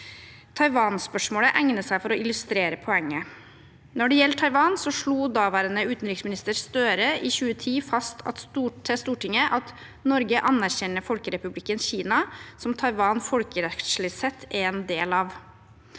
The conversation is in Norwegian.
Taiwan-spørsmålet egner seg for å illustrere poenget. Når det gjelder Taiwan, slo daværende utenriksminister Støre i 2010 fast til Stortinget at Norge anerkjenner Folkerepublikken Kina, som Taiwan folkerettslig sett er en del av.